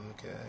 Okay